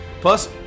Plus